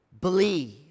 believe